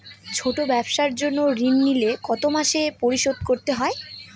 ছোট ব্যবসার জন্য ঋণ নিলে কত মাসে পরিশোধ করতে হয়?